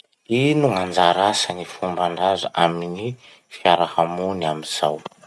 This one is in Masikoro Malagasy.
Ino gn'anjara asa gny fombandraza amy gny fiarahamony amizao?